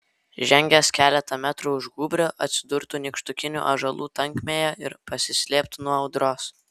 žengęs keletą metrų už gūbrio atsidurtų nykštukinių ąžuolų tankmėje ir pasislėptų nuo audros